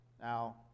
Now